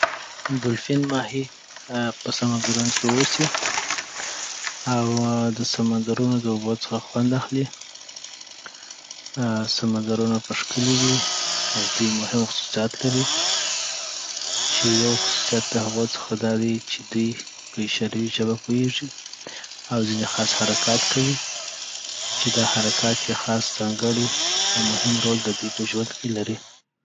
ډولفین ماهي آ په سمندرونو کی اوسي او آ دسمندرونو داوبو څخه خوند اخلي آ سمندرونه په ښکلي وي او دوی مهم خصوصیات لری چی یوخصوصیات د هغو څخه دادي چی دوی په اشاروی ژبه پوهیږي اوه ځیني خاص حرکات کوي چي دا حرکات یی خاص ځانګړي اومهم رول ددوی په ژوند کی لری